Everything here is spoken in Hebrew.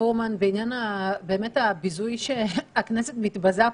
פורמן בעניין הביזוי שהכנסת מתבזה פה.